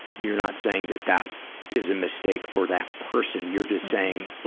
you're not saying that that is a mistake for that person. you're just saying, ah